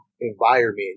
environment